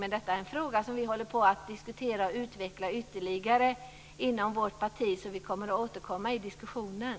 Men detta är en fråga som vi håller på att diskutera och utveckla ytterligare inom vårt parti. Vi kommer att återkomma i diskussionen.